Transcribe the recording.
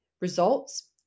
results